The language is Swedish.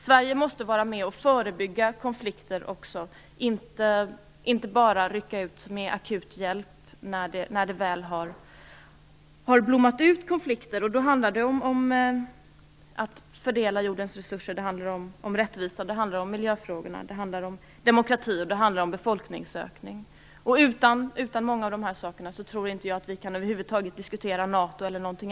Sverige måste också vara med om att förebygga konflikter, inte bara rycka ut med akut hjälp när sådana har blommat ut. Det handlar då om fördelningen av jordens resurser, om rättvisa, om miljöfrågor, om demokrati och om befolkningsökning. Utan att beakta många av dessa faktorer tror jag att vi över huvud taget inte kan diskutera NATO eller något annat.